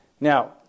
Now